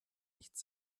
nichts